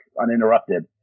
uninterrupted